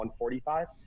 145